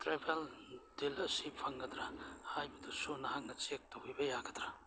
travel deal ꯑꯁꯤ ꯐꯪꯒꯗ꯭ꯔ ꯍꯥꯏꯕꯗꯨꯁꯨ ꯅꯍꯥꯛꯅ ꯆꯦꯛ ꯇꯧꯕꯤꯕ ꯌꯥꯒꯗ꯭ꯔ